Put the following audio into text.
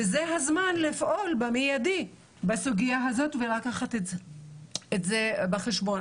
וזה הזמן לפעול במיידי בסוגייה הזאת ולקחת את זה בחשבון,